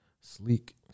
Sleek